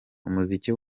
umuziki